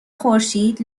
خورشید